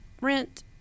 Rent